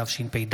התשפ"ד